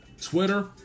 Twitter